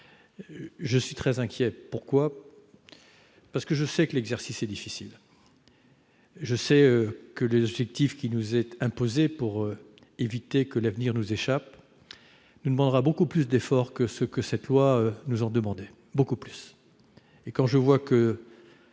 Je suis très inquiet. Pourquoi ? Parce que je sais que l'exercice est difficile. Je sais que l'objectif qui nous est imposé pour éviter que l'avenir ne nous échappe nous obligera à consentir beaucoup plus d'efforts que ceux que ce projet de loi nous demandait. Alors que